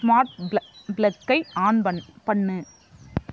smart ப்ள ப்ளக்கை on பண் பண்ணு